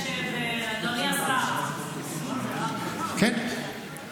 אדוני השר -- כן,